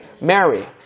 Mary